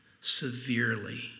severely